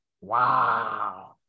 Wow